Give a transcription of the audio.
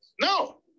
No